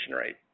rate